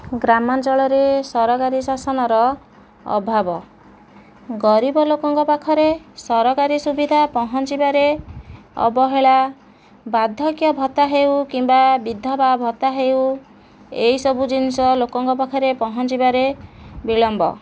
ଗ୍ରାମାଞ୍ଚଳରେ ସରକାରୀ ଶାସନର ଅଭାବ ଗରିବ ଲୋକଙ୍କ ପାଖରେ ସରକାରୀ ସୁବିଧା ପହଞ୍ଚିବାରେ ଅବହେଳା ବାର୍ଦ୍ଧକ୍ୟ ଭତ୍ତା ହେଉ କିମ୍ବା ବିଧବା ଭତ୍ତା ହେଉ ଏଇସବୁ ଜିନିଷ ଲୋକଙ୍କ ପାଖରେ ପହଞ୍ଚିବାରେ ବିଳମ୍ବ